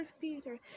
Peter